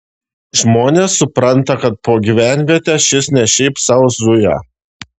žmonės supranta kad po gyvenvietę šis ne šiaip sau zuja